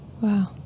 wow